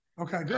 Okay